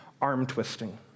arm-twisting